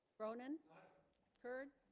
cronin kurd